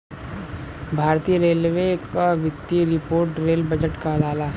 भारतीय रेलवे क वित्तीय रिपोर्ट रेल बजट कहलाला